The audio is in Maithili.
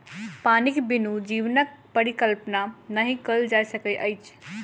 पानिक बिनु जीवनक परिकल्पना नहि कयल जा सकैत अछि